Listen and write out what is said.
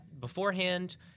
beforehand